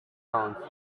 lawns